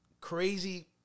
crazy